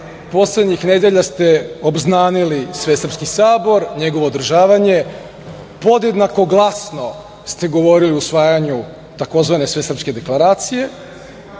poslednjih nedelja ste obznanili Svesrpski sabor, njegovo održavanje, podjednako glasno ste govorili o usvajanju tzv. Svesrpske deklaracije,